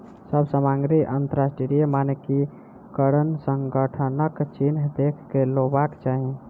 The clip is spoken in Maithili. सभ सामग्री अंतरराष्ट्रीय मानकीकरण संगठनक चिन्ह देख के लेवाक चाही